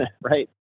right